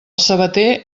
sabater